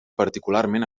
particularment